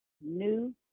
new